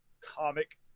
comic